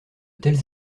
telles